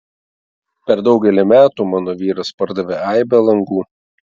per daugelį metų mano vyras pardavė aibę langų